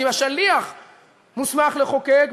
אז אם השליח מוסמך לחוקק,